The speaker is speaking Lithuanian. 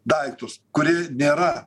daiktus kurie nėra